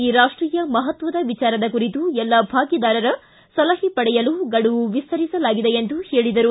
ಈ ರಾಷ್ಟೀಯ ಮಹತ್ವದ ವಿಚಾರದ ಕುರಿತು ಎಲ್ಲ ಭಾಗಿದಾರರ ಸಲಹೆ ಪಡೆಯಲು ಗಡುವು ವಿಸ್ತರಿಸಲಾಗಿದೆ ಎಂದರು